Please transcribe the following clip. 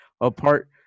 apart